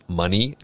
money